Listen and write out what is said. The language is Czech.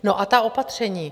No a ta opatření...